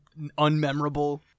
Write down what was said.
unmemorable